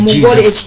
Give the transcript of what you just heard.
Jesus